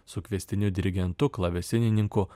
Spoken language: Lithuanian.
su kviestiniu dirigentu klavesinininku